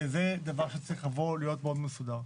וזה דבר שצריך להיות מאוד מסודר.